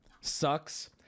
sucks